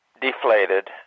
deflated